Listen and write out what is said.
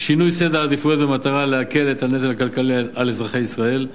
שינוי סדר העדיפויות במטרה להקל את הנטל הכלכלי מעל אזרחי ישראל,